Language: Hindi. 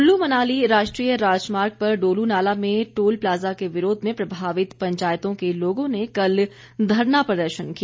विरोध कुल्लु मनाली राष्ट्रीय राजमार्ग पर डोलू नाला में टोल प्लाजा के विरोध में प्रभावित पंचायतों के लोगों ने कल धरना प्रदर्शन किया